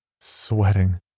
sweating